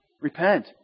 repent